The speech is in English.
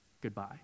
Goodbye